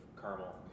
caramel